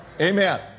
Amen